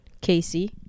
casey